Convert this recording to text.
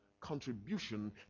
Contribution